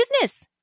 business